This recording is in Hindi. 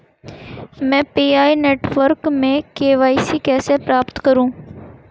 मैं पी.आई नेटवर्क में के.वाई.सी कैसे प्राप्त करूँ?